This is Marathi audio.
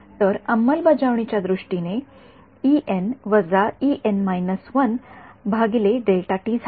तर अंमलबजावणी च्या दृष्टीने हे झाले